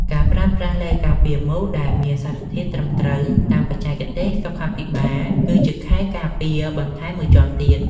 ការប្រើប្រាស់ឡេការពារមូសដែលមានសារធាតុត្រឹមត្រូវតាមបច្ចេកទេសសុខាភិបាល គឺជាខែលការពារបន្ថែមមួយជាន់ទៀត។